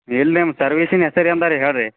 ಇಲ್ಲ ನಿಮ್ಮ ಸರ್ವಿಸಿನ ಹೆಸರು ಎಂದರಿ ಹೇಳಿರಿ